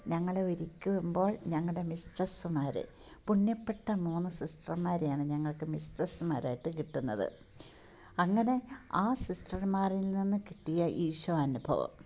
ഞങ്ങളെ ഒരുക്കുമ്പോൾ ഞങ്ങളുടെ മിസ്ട്രെസ്സുമാർ പുണ്യപ്പെട്ട മൂന്ന് സിസ്റ്റർമാരെയാണ് ഞങ്ങൾക്ക് മിസ്ട്രെസ്സുമാരായിട്ട് കിട്ടുന്നത് അങ്ങനെ ആ സിസ്റ്റർമാരിൽ നിന്ന് കിട്ടിയ ഈശോ അനുഭവം